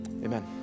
Amen